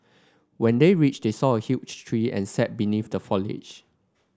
when they reached they saw a huge tree and sat beneath the foliage